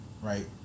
right